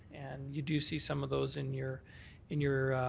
and you do see some of those in your in your